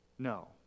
No